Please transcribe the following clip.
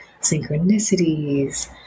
synchronicities